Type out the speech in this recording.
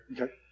Okay